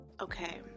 okay